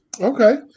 Okay